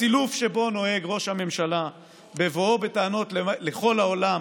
הסילוף שבו נוהג ראש הממשלה בבואו בטענות לכל העולם